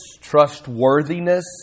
trustworthiness